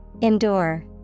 Endure